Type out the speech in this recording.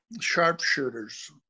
sharpshooters